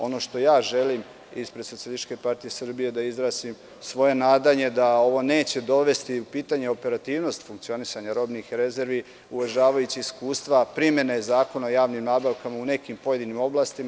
Ono što ja želim ispred SPS je da izrazim svoje nadanje da ovo neće dovesti u pitanje operativnost funkcionisanja robnih rezervi, uvažavajući iskustva primene Zakona o javnim nabavkama u nekim pojedinim oblastima.